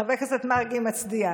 חבר הכנסת מרגי מצדיע,